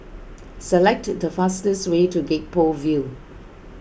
select the fastest way to Gek Poh Ville